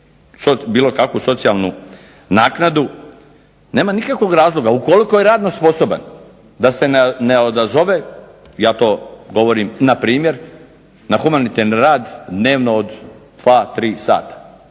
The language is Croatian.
bilo kakvu socijalnu naknadu nema nikakvog razloga ukoliko je radno sposoban da se ne odazove, ja to govorim npr. na humanitarni rad dnevno od 2, 3 sata.